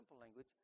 language